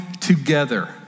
together